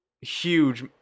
huge